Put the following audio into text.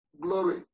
glory